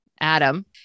Adam